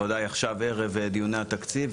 ודאי עכשיו ערב דיוני התקציב,